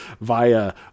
via